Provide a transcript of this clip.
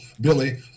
Billy